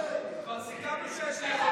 כבר סיכמנו שיש לי,